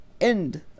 end